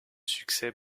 succès